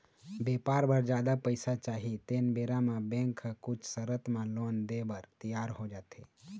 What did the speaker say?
बेपार बर जादा पइसा चाही तेन बेरा म बेंक ह कुछ सरत म लोन देय बर तियार हो जाथे